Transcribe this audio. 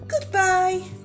goodbye